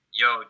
yo